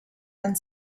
and